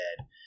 dead